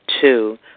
Two